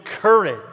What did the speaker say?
courage